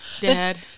Dad